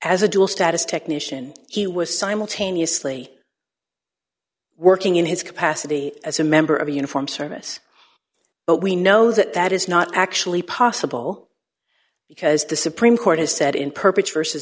as a dual status technician he was simultaneously working in his capacity as a member of a uniform service but we know that that is not actually possible because the supreme court has said in purpose